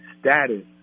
status